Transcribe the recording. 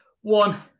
one